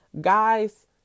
guys